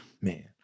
man